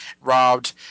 robbed